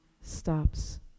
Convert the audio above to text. stops